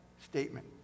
statement